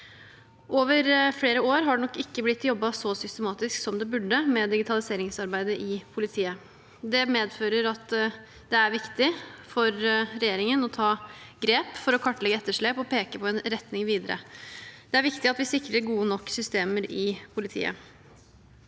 Over flere år har det nok ikke blitt jobbet så systematisk som det burde med digitaliseringsarbeidet i politiet. Det medfører at det er viktig for regjeringen å ta grep for å kartlegge etterslep og peke på en retning videre. Det er viktig at vi sikrer gode nok systemer i politiet.